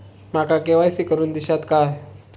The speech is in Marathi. माका के.वाय.सी करून दिश्यात काय?